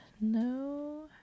No